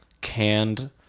canned